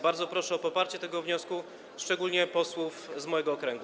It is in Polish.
Bardzo proszę o poparcie tego wniosku, szczególnie posłów z mojego okręgu.